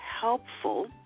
helpful